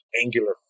angular